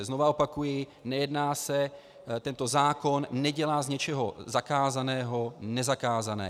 Znova opakuji nejedná se, tento zákon nedělá z něčeho zakázaného nezakázané.